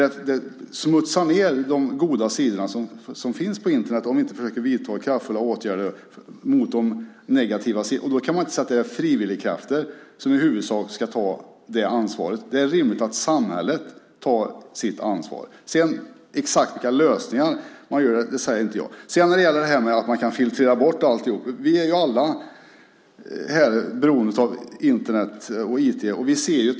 Det smutsar ned de goda sidor som finns på Internet om vi inte försöker vidta kraftfulla åtgärder mot det som är negativt. Man kan inte säga att det i huvudsak är frivilliga krafter som ska ta det ansvaret. Det är rimligt att samhället tar sitt ansvar. Exakt vilka lösningar man ska använda ska jag inte gå in på. Vi är alla här beroende av Internet och IT.